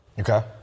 okay